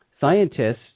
scientists